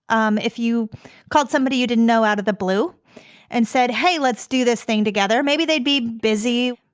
um if you called somebody you didn't know out of the blue and said, hey, let's do this thing together, maybe they'd be busy.